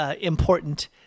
important